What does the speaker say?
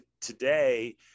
today